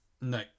No